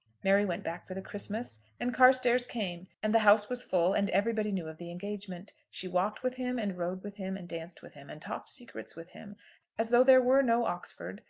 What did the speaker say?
mary went back for the christmas and carstairs came and the house was full, and everybody knew of the engagement. she walked with him, and rode with him, and danced with him, and talked secrets with him as though there were no oxford,